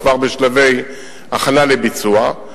היא כבר בשלבי הכנה לביצוע,